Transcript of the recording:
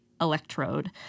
electrode